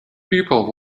people